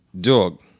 dog